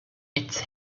its